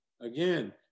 again